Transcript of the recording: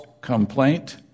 complaint